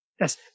Yes